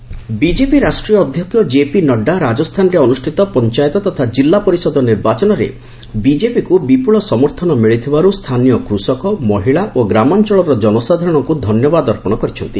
JP Nadda BJP ରାଷ୍ଟ୍ରୀୟ ଅଧ୍ୟକ୍ଷ ଜେପି ନଡ୍ରା ରାଜସ୍ଥାନରେ ଅନୁଷ୍ଠିତ ପଞ୍ଚାୟତ ତଥା ଜିଲ୍ଲା ପରିଷଦ ନିର୍ବାଚନରେ ବିଜେପିକୁ ବିପୁଳ ସମର୍ଥନ ମିଳିଥିବାରୁ ସ୍ଥାନୀୟ କୃଷକ ମହିଳା ଓ ଗ୍ରାମାଞ୍ଚଳର ଜନସାଧାରଣଙ୍କୁ ଧନ୍ୟବାଦ ଅର୍ପଣ କରିଛନ୍ତି